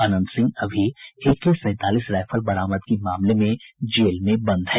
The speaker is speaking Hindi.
अनन्त सिंह अभी एके सैंतालीस राईफल बरामदगी मामले में जेल में बंद हैं